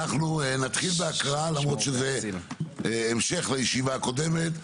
נתחיל בהקראה למרות שזה המשך הישיבה הקודמת.